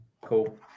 Cool